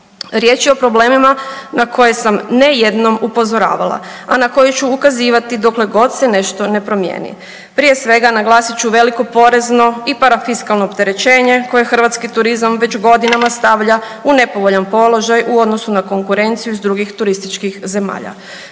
Riječ je o problemima na koje sam ne jednom upozoravala, a na koje ću ukazivati dokle god se nešto ne promijeni. Prije svega naglasit ću veliko porezno i parafiskalno opterećenje koje hrvatski turizam već godinama stavlja u nepovoljan položaj u odnosu na konkurenciju iz drugih turističkih zemalja.